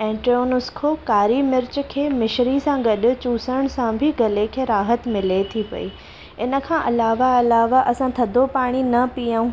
ऐं टियों नुस्ख़ो कारी मिर्च खे मिश्री सां गॾु चुसण सां बि गले खे राहत मिले थी पेई हिनखां अलावा अलावा असां थधो पाणी न पियूं